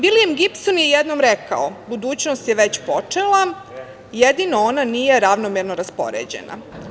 Vilijem Gibson je jednom rekao - budućnost je već počela, jedino ona nije ravnomerno raspoređena.